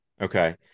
Okay